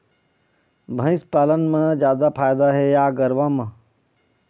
भैंस पालन म जादा फायदा हे या गरवा म?